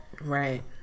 Right